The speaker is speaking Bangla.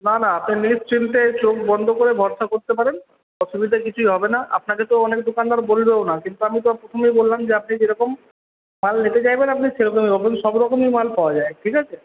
না না আপনি নিশ্চিন্তে চোখ বন্ধ করে ভরসা করতে পারেন অসুবিধা কিছুই হবে না আপনাকে তো অনেক দোকানদার বলবেও না কিন্তু আমি তো প্রথমেই বললাম যে আপনি যেরকম মাল নিতে চাইবেন আপনি সেরকমই এখানে সবরকমই মাল পাওয়া যায় ঠিক আছে